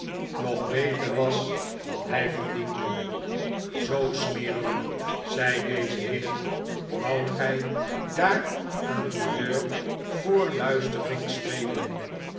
nog beter was dan hij verdiende zoo smeerlap zei deze heer f woudt gij daar aan die deur voor luistervink spelen